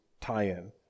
tie-in